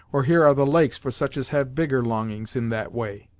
or here are the lakes for such as have bigger longings in that way